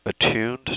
attuned